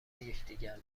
یکدیگر